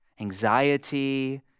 anxiety